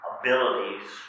abilities